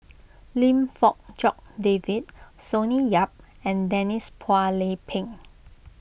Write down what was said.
Lim Fong Jock David Sonny Yap and Denise Phua Lay Peng